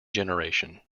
generation